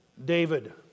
David